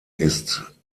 ist